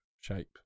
shape